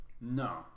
No